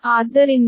ಆದ್ದರಿಂದ Sload3∅